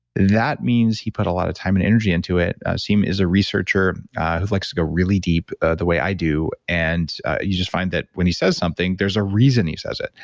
that means he put a lot of time and energy into it. siim is a researcher who likes to go really deep the way i do. and you just find that when he says something, there's a reason he says it.